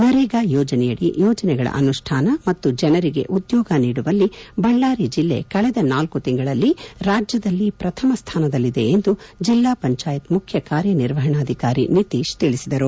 ನರೇಗಾದಡಿ ಯೋಜನೆಗಳ ಅನುಷ್ಟಾನ ಮತ್ತು ಜನರಿಗೆ ಉದ್ಯೋಗ ನೀಡುವಲ್ಲಿ ಬಳ್ಳಾರಿ ಜಿಲ್ಲೆ ಕಳೆದ ನಾಲ್ಕ ತಿಂಗಳಲ್ಲಿ ರಾಜ್ಯದಲ್ಲಿ ಪ್ರಥಮ ಸ್ಥಾನದಲ್ಲಿದೆ ಎಂದು ಜಿಲ್ಲಾ ಪಂಚಾಯತ್ ಮುಖ್ಯ ಕಾರ್ಯನಿರ್ವಹಣಾಧಿಕಾರಿ ನಿತೀಶ್ ತಿಳಿಸಿದರು